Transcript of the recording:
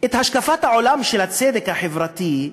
את השקפת העולם של הצדק החברתי,